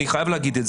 אני חייב להגיד את זה,